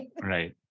right